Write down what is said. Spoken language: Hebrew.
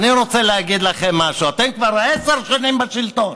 ואני רוצה להגיד לכם משהו: אתם כבר עשר שנים בשלטון,